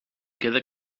queda